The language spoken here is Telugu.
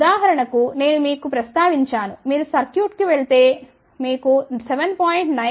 ఉదాహరణకు నేను మీకు ప్రస్తావించాను మీరు మార్కెట్కు వెళితే మీకు 7